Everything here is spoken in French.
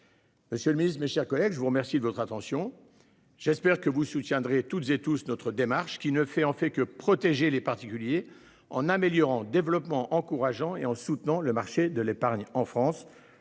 Monsieur le Ministre, mes chers collègues, je vous remercie de votre attention. J'espère que vous soutiendrez toutes et tous, notre démarche qui ne fait en fait que protéger les particuliers en améliorant développement encourageant et en soutenant le marché de l'épargne en France,